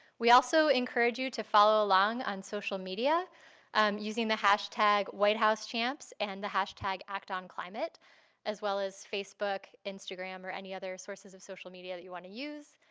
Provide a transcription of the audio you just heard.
we also encourage you to follow along on social media using the hashtag whitehousechamps and the hastag actonclimate, as well as facebook, instagram, or any other sources of social media that you want to use.